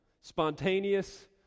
spontaneous